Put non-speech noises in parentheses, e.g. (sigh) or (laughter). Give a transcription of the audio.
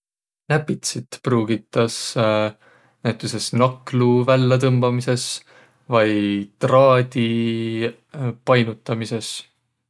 Näpitsit pruugitas (hesitation) näütüses naklu vällätõmbamisõs vai traadi painutamisõs.